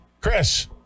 Chris